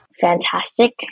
fantastic